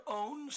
own